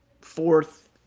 fourth